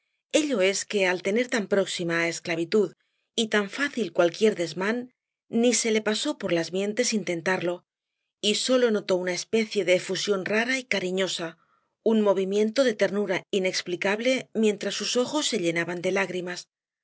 ello es que al tener tan próxima á esclavitud y tan fácil cualquier desmán ni se le pasó por las mientes intentarlo y sólo notó una especie de efusión rara y cariñosa un movimiento de ternura inexplicable mientras sus ojos se llenaban de lágrimas